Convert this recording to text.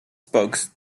spoke